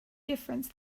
difference